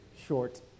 Short